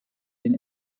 den